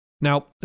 Now